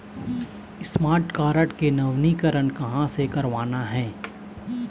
Smart card के नवीनीकरण कहां से करवाना हे?